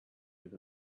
with